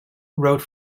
wrote